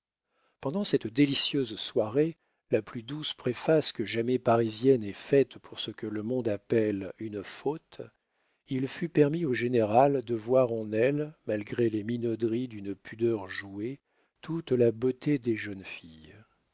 pendant cette délicieuse soirée la plus douce préface que jamais parisienne ait faite pour ce que le monde appelle une faute il fut permis au général de voir en elle malgré les minauderies d'une pudeur jouée toute la beauté des jeunes filles